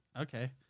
Okay